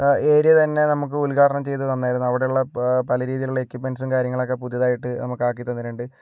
area തന്നെ നമുക്ക് ഉദ്ഘാടനം ചെയ്തു തന്നായിരുന്നു അവിടെയുള്ള പ പല രീതിയിലുള്ള എക്യുപ്പ്മെൻസും കാര്യങ്ങളും ഒക്കെ പുതുതായിട്ട് നമുക്ക് ആക്കി തന്നിട്ടുണ്ട്